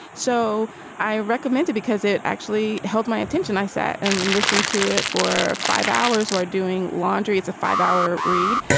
so i recommend it because it actually held my attention. i sat and and listened to it for five hours or doing laundry. it's a five hour read.